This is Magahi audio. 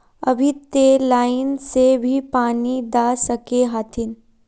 अभी ते लाइन से भी पानी दा सके हथीन?